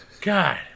God